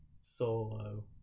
Solo